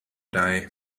die